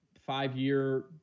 five-year